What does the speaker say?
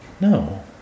No